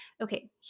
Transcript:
Okay